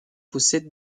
possède